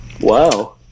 Wow